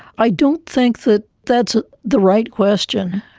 i don't think that that's the right question.